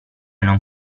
non